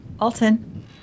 Alton